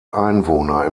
einwohner